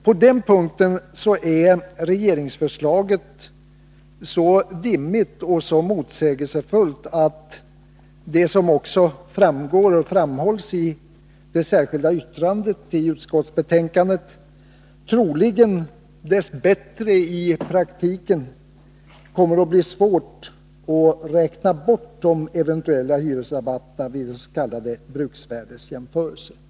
På den punkten är regeringsförslaget så dimmigt och motsägelsefullt att det, såsom också framhålls i det särskilda yttrandet i utskottsbetänkandet, troligen dess bättre i praktiken kommer att bli svårt att räkna bort de eventuella hyresrabatterna vid en s.k. bruksvärdesjämförelse.